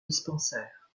dispensaires